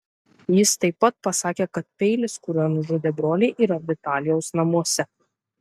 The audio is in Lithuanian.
jis taip pat pasakė kad peilis kuriuo nužudė brolį yra vitalijaus namuose